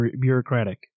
bureaucratic